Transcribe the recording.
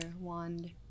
wand